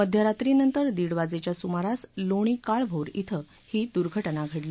मध्यरात्रीनंतर दौड वाजेच्या सुमारास लोणी काळभोर शें ही दुर्घटना घडली